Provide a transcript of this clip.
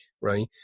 right